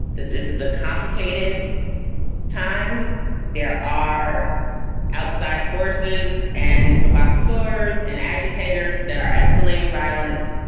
that this is a complicated time there are outside forces and provocateurs and agitators that are escalating violence.